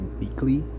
weekly